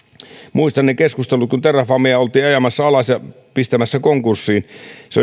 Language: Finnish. muistan ne keskustelut kun terrafamea oltiin ajamassa alas ja pistämässä konkurssiin se